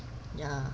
ya